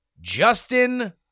Justin